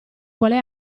quale